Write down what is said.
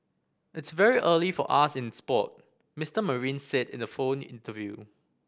it's very early for us in sport Mister Marine said in a phone interview